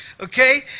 okay